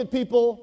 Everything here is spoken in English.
people